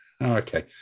Okay